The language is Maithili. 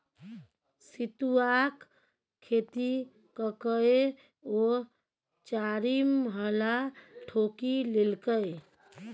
सितुआक खेती ककए ओ चारिमहला ठोकि लेलकै